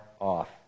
off